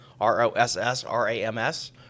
R-O-S-S-R-A-M-S